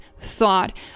thought